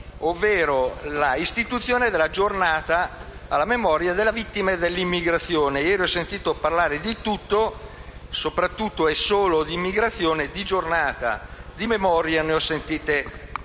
ovvero l'istituzione della Giornata nazionale in memoria delle vittime dell'immigrazione. Ieri ho sentito parlare di tutto, soprattutto e solo di immigrazione: di Giornata della memoria ho sentito parlare